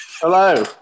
Hello